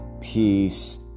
peace